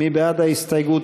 מי בעד ההסתייגות?